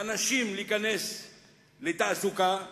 אנשים להיכנס לתעסוקה,